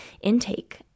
intake